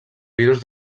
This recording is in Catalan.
virus